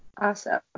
Awesome